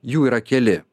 jų yra keli